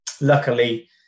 luckily